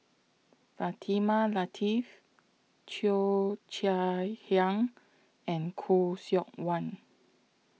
Fatimah Lateef Cheo Chai Hiang and Khoo Seok Wan